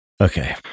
okay